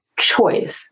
choice